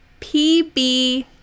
PB